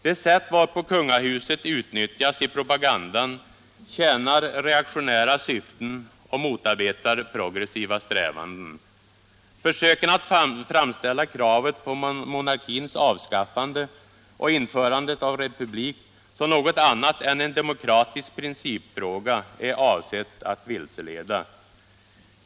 Det sätt varpå kungahuset utnyttjas i propagandan tjänar reaktionära syften och motarbetar progressiva strävanden. Försöken att framställa kravet på monarkins avskaffande och införandet av republik som något annat än en demokratisk principfråga är avsedda att vilseleda.